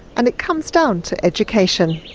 and it comes down to education.